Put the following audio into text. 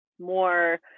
more